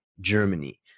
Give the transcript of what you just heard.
Germany